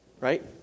Right